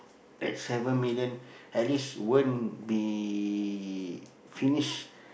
that seven million at least won't be finished